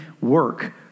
work